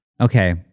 Okay